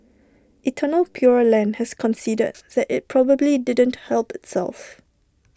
eternal pure land has conceded that IT probably didn't help itself